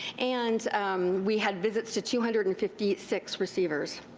and we had visits to two hundred and fifty six receivers.